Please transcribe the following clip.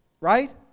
Right